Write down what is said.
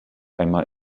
einmal